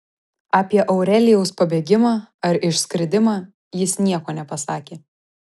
apie aurelijaus pabėgimą ar išskridimą jis nieko nepasakė